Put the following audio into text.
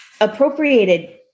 appropriated